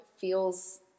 feels –